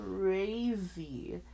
crazy